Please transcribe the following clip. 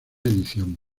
edición